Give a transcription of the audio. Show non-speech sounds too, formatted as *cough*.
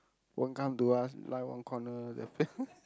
won't come to us lie one corner then *laughs*